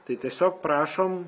tai tiesiog prašom